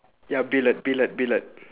ya billiard billiard billiard